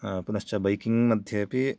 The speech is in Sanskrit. पुनश्च बैकिङ्ग् मध्ये अपि